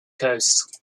coast